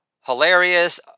hilarious